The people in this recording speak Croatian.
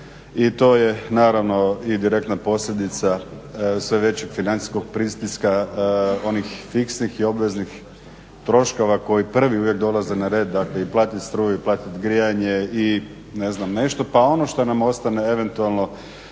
i to je naravno i direktna posljedica sve većeg financijskog pritiska onih fiksnih i obveznih troškova koji prvi uvijek dolaze na red, dakle platit struju, platiti grijanje i ne znam, nešto pa ono što nam ostane eventualno